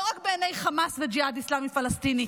לא רק בעיני חמאס וג'יהאד אסלאמי פלסטיני,